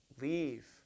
leave